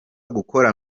gukora